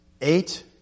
eight